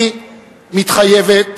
אני מתחייבת